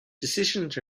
decisions